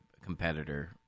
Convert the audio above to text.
competitor